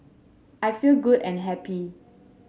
I feel good and happy